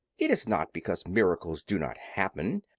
it is not because miracles do not happen,